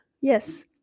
Yes